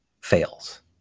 fails